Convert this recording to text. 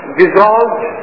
dissolved